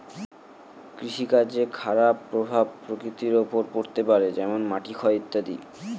কৃষিকাজের খারাপ প্রভাব প্রকৃতির ওপর পড়তে পারে যেমন মাটির ক্ষয় ইত্যাদি